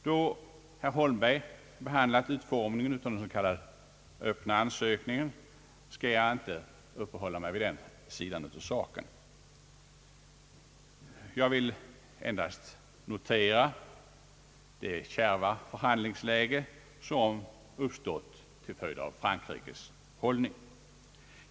Då herr Holmberg behandlat utformningen av den s.k. öppna ansökan skall jag inte uppehålla mig vid den sidan av saken. Jag vill endast notera det kärva förhandlingsläge som uppstått till följd av Frankrikes hållning.